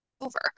over